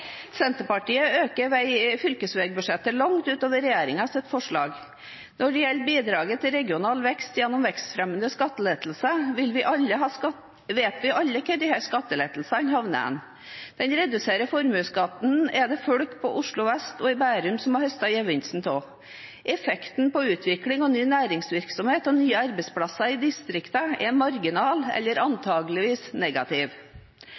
Senterpartiet øker fylkesveibudsjettet langt utover regjeringens forslag. Når det gjelder bidraget til regional vekst gjennom vekstfremmende skattelettelser, vet vi alle hvor skattelettelsene havner. Den reduserte formuesskatten er det folk i Oslo Vest og i Bærum som har høstet gevinsten av. Effekten på utvikling av ny næringsvirksomhet og nye arbeidsplasser i distriktene er marginal, eller